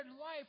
life